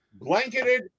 Blanketed